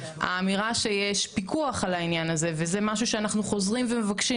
האמירה שיש פיקוח על העניין הזה וזה משהו שאנחנו חוזרים ומבקשים,